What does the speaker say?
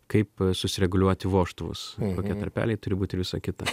kaip susireguliuoti vožtuvus kokie tarpeliai turi būti ir visa kita